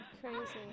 Crazy